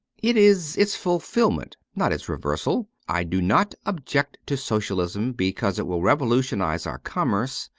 it is its fulfilment, not its reversal. i do not object to socialism, because it will revolutionize our commerce,